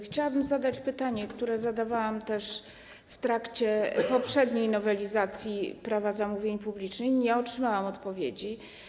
Chciałabym zadać pytanie, które zadawałam też w trakcie poprzedniej nowelizacji Prawa zamówień publicznych i nie otrzymałam odpowiedzi.